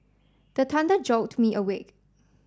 the thunder jolt me awake